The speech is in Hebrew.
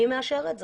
מי מאשר את זה?